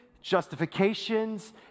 justifications